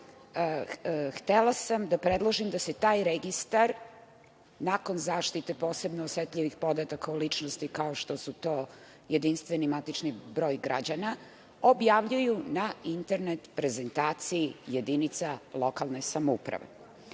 htela sam da predložim da se taj registar, nakon zaštite posebno osetljivih podataka o ličnosti kao što je to jedinstveni matični broj građana, objavljuju na internet prezentaciji jedinica lokalne samouprave. Amandman